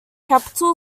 capitol